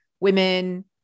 women